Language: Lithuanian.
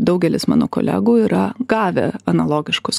daugelis mano kolegų yra gavę analogiškus